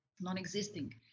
non-existing